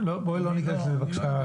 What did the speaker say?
בואי לא ניכנס לזה בבקשה,